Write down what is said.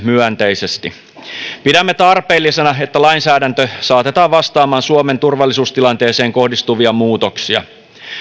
myönteisesti pidämme tarpeellisena että lainsäädäntö saatetaan vastaamaan suomen turvallisuustilanteeseen kohdistuvia muutoksia